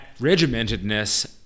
regimentedness